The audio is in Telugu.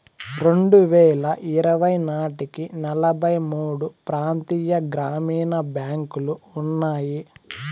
రెండువేల ఇరవై నాటికి నలభై మూడు ప్రాంతీయ గ్రామీణ బ్యాంకులు ఉన్నాయి